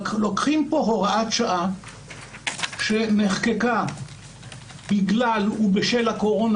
לוקחים פה הוראת שעה שנחקקה בגלל הקורונה,